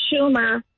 Schumer